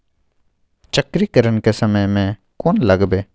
चक्रीकरन के समय में कोन लगबै?